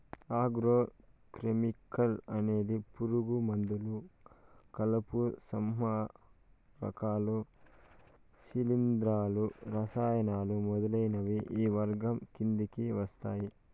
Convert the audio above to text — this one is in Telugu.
ఆగ్రో కెమికల్ అనేది పురుగు మందులు, కలుపు సంహారకాలు, శిలీంధ్రాలు, రసాయనాలు మొదలైనవి ఈ వర్గం కిందకి వస్తాయి